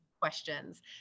questions